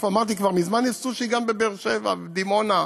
אמרתי: כבר מזמן יש סושי גם בבאר שבע ובדימונה.